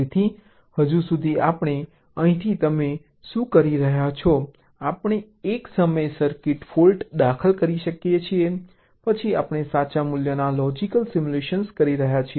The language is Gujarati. તેથી હજુ સુધી આપણે અહીંથી તમે અહીં શું કરી રહ્યા છો આપણે એક સમયે સર્કિટમાં ફોલ્ટ દાખલ કરી રહ્યા છીએ પછી આપણે સાચા મૂલ્યના લોજિક સિમ્યુલેશન કરી રહ્યા છીએ